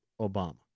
Obama